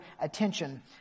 attention